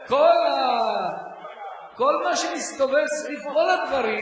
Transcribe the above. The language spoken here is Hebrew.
כל מה שמסתובב סביב כל הדברים,